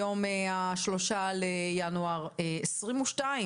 היום ה-3 לינואר 2022,